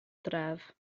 dref